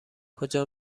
کجا